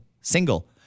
single